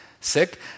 sick